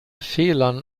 fehlern